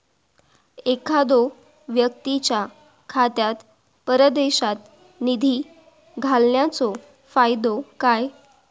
एखादो व्यक्तीच्या खात्यात परदेशात निधी घालन्याचो फायदो काय?